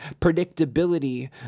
predictability